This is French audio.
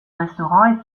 restaurant